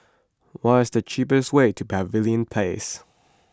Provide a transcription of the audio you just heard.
what is the cheapest way to Pavilion Place